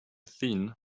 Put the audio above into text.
thin